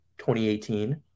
2018